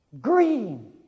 Green